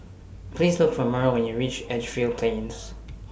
Please Look For Mearl when YOU REACH Edgefield Plains